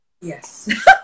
Yes